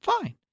fine